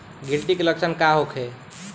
गिलटी के लक्षण का होखे?